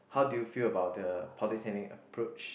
how do you feel about the polytechnic approach